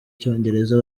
icyongereza